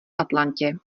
atlantě